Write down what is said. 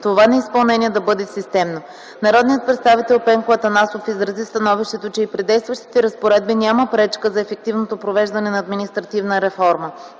това неизпълнение да бъде системно. Народният представител Пенко Атанасов изрази становището, че и при действащите разпоредби няма пречка за ефективното провеждане на административна реформа.